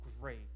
great